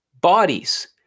bodies